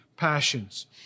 passions